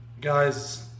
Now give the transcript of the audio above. guys